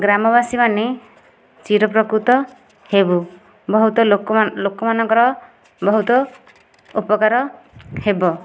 ଗ୍ରାମବାସୀମାନେ ଚିରୋପକୃତ ହେବୁ ବହୁତ ଲୋକମାନଙ୍କର ବହୁତ ଉପକାର ହେବ